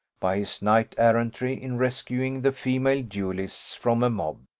by his knight-errantry in rescuing the female duellists from a mob,